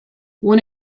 when